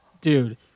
dude